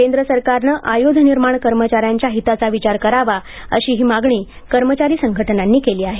केंद्र सरकारनं आयुध निर्माण कर्मचाऱ्यांच्या हिताचा विचार करावा अशीही मागणी कर्मचारी संघटनांनी केली आहे